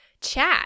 chat